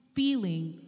Feeling